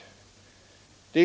Då det rör sig om ett arbetsfält som är så högaktuellt och så viktigt,